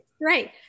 right